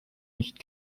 nicht